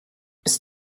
ist